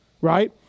right